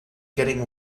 getting